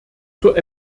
zur